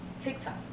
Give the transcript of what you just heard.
TikTok